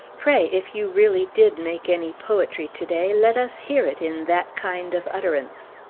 pray, if you really did make any poetry to-day, let us hear it in that kind of utterance!